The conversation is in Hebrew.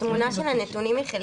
התמונה של הנתונים היא חלקית.